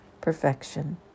perfection